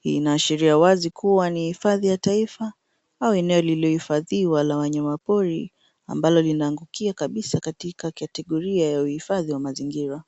Hii inaashiria wazi kuwa ni hifadhi ya taifa, au eneo lilohifadhiwa la wanyamapori, ambalo linaangukia kabisa katika kategoria ya uhifadhi wa mazingira.